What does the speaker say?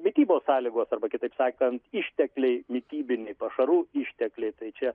mitybos sąlygos arba kitaip sakant ištekliai mitybiniai pašarų ištekliai tai čia